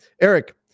Eric